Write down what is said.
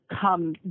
come